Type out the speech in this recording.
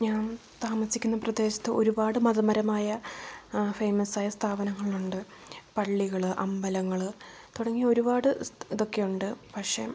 ഞാൻ താമസിക്കുന്ന പ്രദേശത്ത് ഒരുപാട് മതപരമായ ഫെയ്മസ് ആയ സ്ഥാപനങ്ങളുണ്ട് പള്ളികൾ അമ്പലങ്ങൾ തുടങ്ങിയ ഒരുപാട് ഇതൊക്കെയുണ്ട് പക്ഷേ